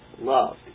Love